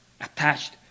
attached